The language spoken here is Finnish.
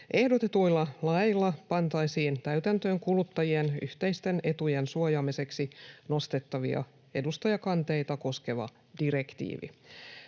Ehdotetuilla laeilla pantaisiin täytäntöön kuluttajien yhteisten etujen suojaamiseksi nostettavia edustajakanteita koskeva direktiivi.